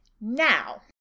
now